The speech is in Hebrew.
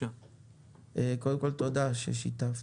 קודם כל תודה ששיתפת.